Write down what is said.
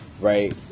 Right